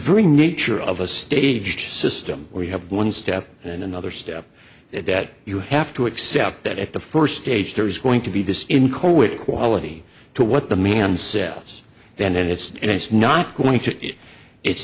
bring nature of a stage system where you have one step and another step is that you have to accept that at the first stage there is going to be this in court with quality to what the man sells then and it's and it's not going to it's